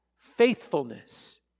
faithfulness